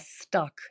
stuck